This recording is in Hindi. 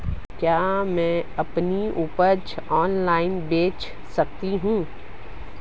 क्या मैं अपनी उपज ऑनलाइन बेच सकता हूँ?